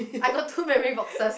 I got two memory boxes